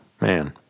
man